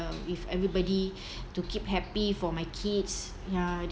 uh with everybody to keep happy for my kids ya